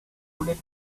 bullet